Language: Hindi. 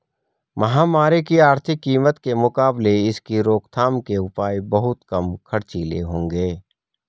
महामारी की आर्थिक कीमत के मुकाबले इसकी रोकथाम के उपाय बहुत कम खर्चीले होंगे